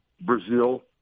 Brazil